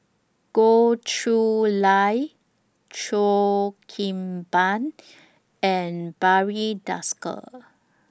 Goh Chiew Lye Cheo Kim Ban and Barry Desker